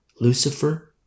Lucifer